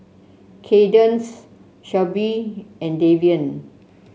Kadence Shelby and Davian